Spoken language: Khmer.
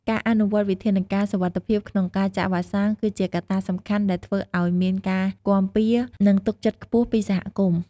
ការអនុវត្តវិធានការសុវត្ថិភាពក្នុងការចាក់វ៉ាក់សាំង គឺជាកត្តាសំខាន់ដែលធ្វើឲ្យមានការគាំរពារ និងទុកចិត្តខ្ពស់ពីសហគមន៍។